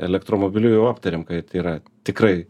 elektromobiliu jau aptarėm kad yra tikrai